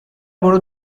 برو